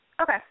Okay